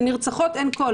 לנרצחות אין קול,